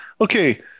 okay